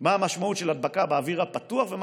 מה המשמעות של הדבקה באוויר הפתוח ומה